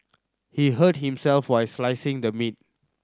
he hurt himself while slicing the meat